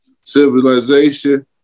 civilization